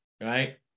right